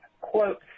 quote